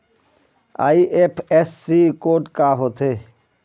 IFSC code का होथे?